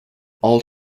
all